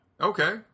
Okay